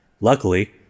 luckily